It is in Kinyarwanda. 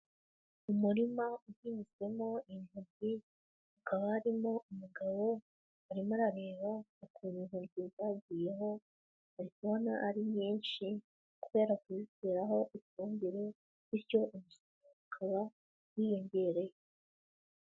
Umurima uhinzemo intoryi, hakaba harimo umugabo, arimo arareba ukuntu intoryi zagiyeho ari kubona ari nyinshi, kubera kuzishyiraho ifumbire, bityo intoryi zikaba ziyongereye.